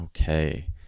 Okay